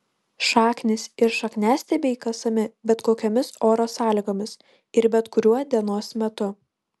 šaknys ir šakniastiebiai kasami bet kokiomis oro sąlygomis ir bet kuriuo dienos metu